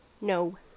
No